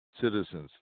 citizens